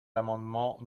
l’amendement